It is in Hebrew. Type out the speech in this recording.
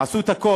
הם עשו את הכול